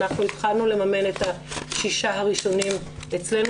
אנחנו התחלנו לממן את השישה הראשונים אצלנו